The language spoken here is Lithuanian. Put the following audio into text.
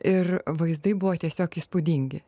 ir vaizdai buvo tiesiog įspūdingi